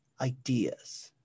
ideas